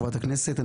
חברת הכנסת.